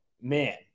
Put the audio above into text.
man